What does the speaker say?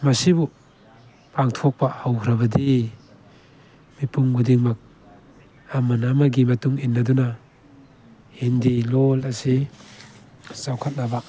ꯃꯁꯤꯕꯨ ꯄꯥꯡꯊꯣꯛꯄ ꯍꯧꯈ꯭ꯔꯕꯗꯤ ꯃꯤꯄꯨꯝ ꯈꯨꯗꯤꯡꯃꯛ ꯑꯃꯅ ꯑꯃꯒꯤ ꯃꯇꯨꯡ ꯏꯟꯅꯗꯨꯅ ꯍꯤꯟꯗꯤ ꯂꯣꯟ ꯑꯁꯤ ꯆꯥꯎꯈꯠꯅꯕ